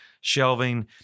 shelving